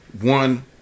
one